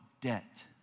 debt